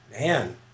man